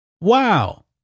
Wow